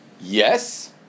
yes